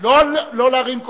לסדר, במלחמות,